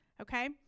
okay